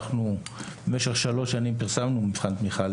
אנחנו במשך שלוש שנים פרסמנו מבחן תמיכה